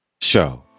Show